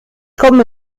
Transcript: komme